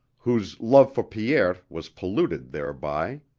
whose love for pierre was polluted thereby.